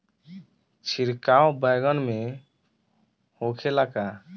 छिड़काव बैगन में होखे ला का?